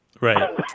Right